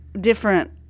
different